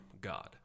God